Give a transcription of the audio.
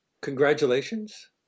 congratulations